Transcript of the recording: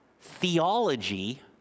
theology